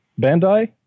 Bandai